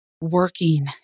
working